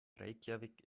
reykjavík